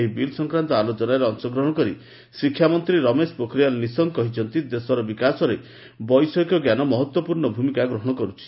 ଏହି ବିଲ୍ ସଂକ୍ରାନ୍ତ ଆଲୋଚନାରେ ଅଂଶଗ୍ରହଣ କରି ଶିକ୍ଷାମନ୍ତ୍ରୀ ରମେଶ ପୋଖରିଆଲ ନିଶଙ୍କ କହିଛନ୍ତି ଦେଶର ବିକାଶରେ ବୈଷୟିକ ଜ୍ଞାନ ମହଭ୍ୱପୂର୍ଣ୍ଣ ଭୂମିକା ଗ୍ରହଣ କରୁଛି